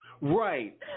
Right